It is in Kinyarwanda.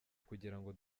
kugirango